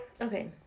Okay